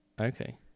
Okay